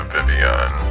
Vivian